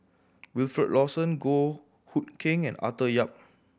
Wilfed Lawson Goh Hood Keng and Arthur Yap